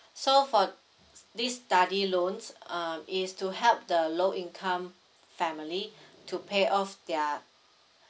so for this study loans um is to help the low income family to pay off their